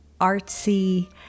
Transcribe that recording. artsy